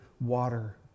water